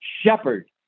shepherd